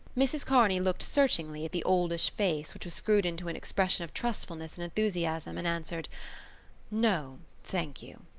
mrs. kearney looked searchingly at the oldish face which was screwed into an expression of trustfulness and enthusiasm and answered no, thank you!